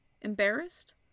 Embarrassed